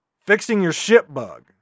fixing-your-ship-bug